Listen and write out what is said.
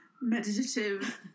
meditative